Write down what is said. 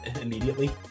immediately